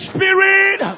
Spirit